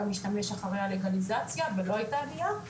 השתמש גם אחרי הלגליזציה ולא הייתה עלייה,